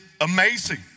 amazing